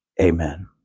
Amen